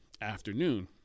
afternoon